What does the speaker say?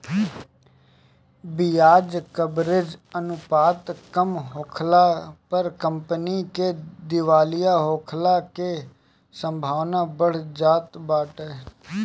बियाज कवरेज अनुपात कम होखला पअ कंपनी के दिवालिया होखला के संभावना बढ़ जात बाटे